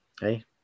hey